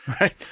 right